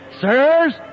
Sirs